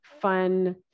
fun